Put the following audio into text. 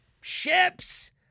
ships